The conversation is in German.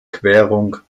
querung